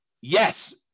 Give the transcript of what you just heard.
Yes